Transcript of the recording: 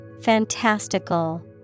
Fantastical